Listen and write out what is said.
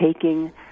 taking